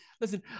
listen